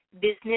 business